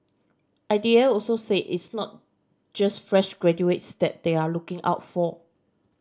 I D A also said it's not just fresh graduates that they are looking out for